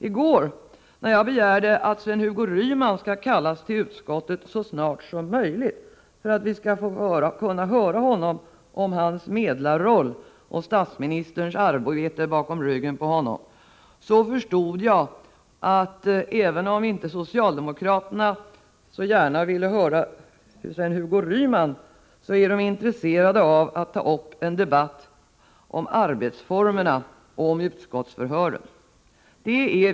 I går när jag begärde att Sven-Hugo Ryman skall kallas till utskottet så snart som möjligt, för att vi skall kunna höra honom om hans medlarroll och om statsministerns arbete bakom ryggen på honom, förstod jag att även om inte socialdemokraterna så gärna ville höra Sven-Hugo Ryman är de intresserade av att ta upp en debatt om arbetsformerna och om utskottsförhören.